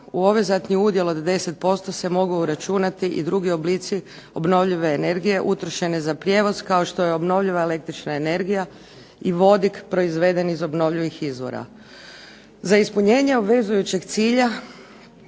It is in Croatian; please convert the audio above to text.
u obvezatni udjel od 10% se mogu uračunati i drugi oblici obnovljive energije utrošene za prijevoz kao što je obnovljiva električna energija i vodik proizveden iz obnovljivih izvora. Za ispunjenje obvezujućeg cilja